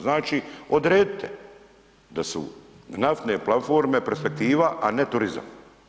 Znači odredite da su naftne platforme perspektiva, a ne turizam.